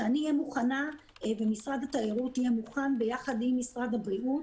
שאני אהיה מוכנה ומשרד התיירות יהיה מוכן ביחד עם משרד הבריאות